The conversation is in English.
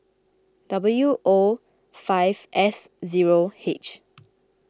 W O five S zero H